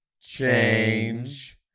change